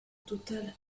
totale